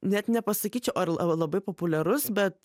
net nepasakyčiau ar labai populiarus bet